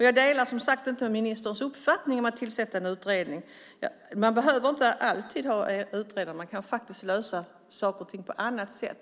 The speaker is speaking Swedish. Jag delar, som sagt, inte ministerns uppfattning om att tillsätta en utredning. Man behöver inte alltid utreda, utan man kan faktiskt lösa saker och ting på annat sätt.